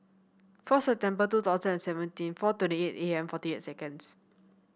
four September two thousand and seventeen four twenty eight A M forty eight seconds